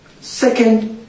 second